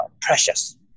precious